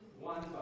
one